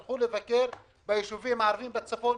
תלכו לבקר ביישובים ערבים בצפון.